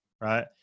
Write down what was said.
right